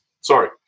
Sorry